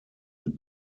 mit